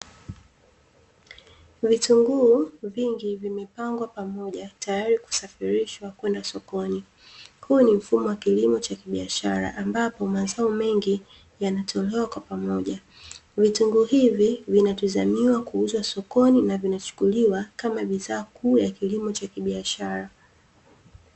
Vitunguu vingi vimepangwa pamoja, tayari kusafirishwa kwenda sokoni. Huu ni mfumo wa kilimo cha kibiashara, ambapo mazao mengi yanatolewa kwa pamoja. Vitunguu hivi vinatazamiwa kuuzwa sokoni na vinachukuliwa kama bidhaa kuu ya kilimo cha kibiashara.